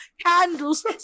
candles